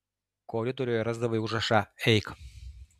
koridoriuje rasdavai užrašą eik